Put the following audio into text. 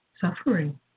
suffering